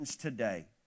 today